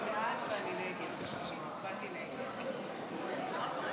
התשע"ט 2018, נתקבל.